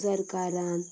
सरकारान